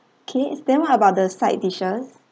okay then what about the side dishes